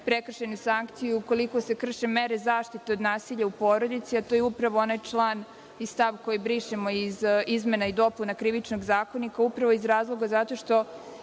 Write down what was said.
prekršajnu sankciju ukoliko se krše mere zaštite od nasilja u porodici, a to je upravo onaj član i stav koji brišemo iz izmena i dopuna Krivičnog zakonika upravo iz razloga zato što